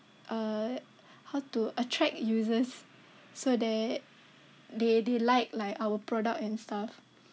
uh how to attract users so that they they like like our product and stuff